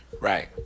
Right